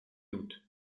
août